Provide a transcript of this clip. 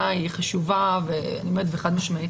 היא חשובה ואני אומרת את זה חד משמעית,